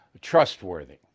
trustworthy